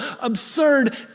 absurd